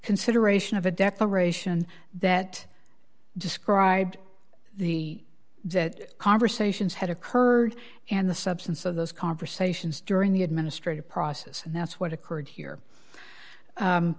consideration of a declaration that described the that conversations had occurred and the substance of those conversations during the administrative process and that's what occurred here